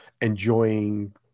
enjoying